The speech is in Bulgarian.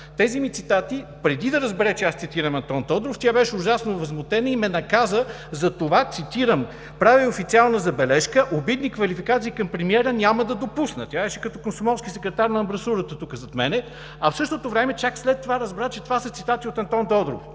Тези ми цитати, преди да разбере, че аз цитирам Антон Тодоров, тя беше ужасно възмутена и ме наказа за това, цитирам: „Правя Ви официална забележка! Обидни квалификации към премиера няма да допусна“. Тя беше като комсомолски секретар на амбразурата тук, зад мен. В същото време чак след това разбра, че това са цитати от Антон Тодоров.